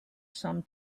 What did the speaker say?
some